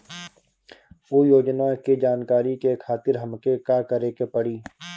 उ योजना के जानकारी के खातिर हमके का करे के पड़ी?